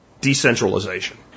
Decentralization